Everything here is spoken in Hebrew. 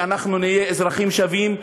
שאנחנו נהיה אזרחים שווים.